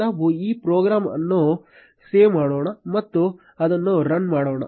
ನಾವು ಈ ಪ್ರೋಗ್ರಾಂ ಅನ್ನು ಸೇವ್ ಮಾಡೋಣ ಮತ್ತು ಅದನ್ನು ರನ್ ಮಾಡೋಣ